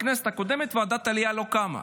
בכנסת הקודמת ועדת העלייה לא קמה.